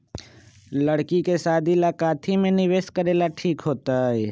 लड़की के शादी ला काथी में निवेस करेला ठीक होतई?